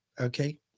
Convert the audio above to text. Okay